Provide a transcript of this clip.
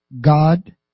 God